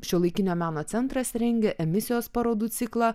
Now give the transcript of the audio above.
šiuolaikinio meno centras rengia emisijos parodų ciklą